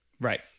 Right